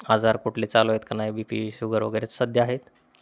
आजार कुठले चालू आहेत का नाही बी पी शुगर वगैरे सध्या आहेत